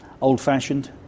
old-fashioned